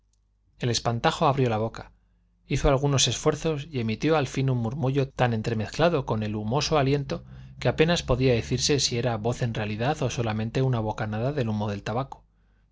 el espantajo abrió la boca hizo algunos esfuerzos y emitió al fin un murmullo tan entremezclado con el humoso aliento que apenas podría decirse si era voz en realidad o solamente una bocanada del humo del tabaco